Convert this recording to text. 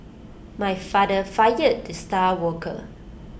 my father fired the star worker